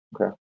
Okay